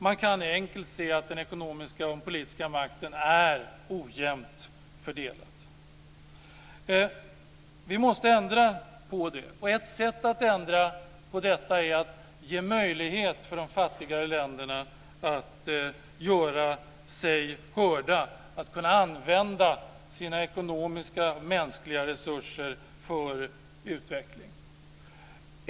Man kan enkelt se att den ekonomiska och politiska makten är ojämnt fördelad. Vi måste ändra på det, och ett sätt att ändra på detta är att ge möjlighet för de fattigare länderna att göra sig hörda och att kunna använda sina ekonomiska och mänskliga resurser för utveckling.